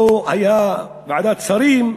לא הייתה ועדת שרים,